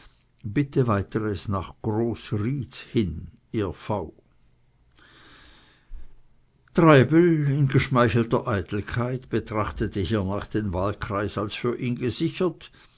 bitte weiteres nach groß rietz hin ihr v treibel in geschmeichelter eitelkeit betrachtete hiernach den wahlkreis als für ihn gesichert